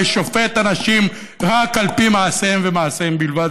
ושופט אנשים רק על פי מעשיהם ומעשיהם בלבד,